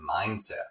mindset